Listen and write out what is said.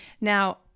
Now